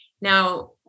Now